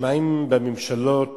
נשמעים בממשלות